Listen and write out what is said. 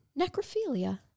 necrophilia